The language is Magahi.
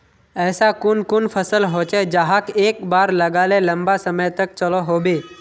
ऐसा कुन कुन फसल होचे जहाक एक बार लगाले लंबा समय तक चलो होबे?